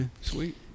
Sweet